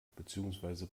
beziehungsweise